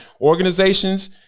Organizations